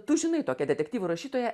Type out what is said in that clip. tu žinai tokią detektyvų rašytoją